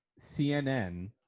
CNN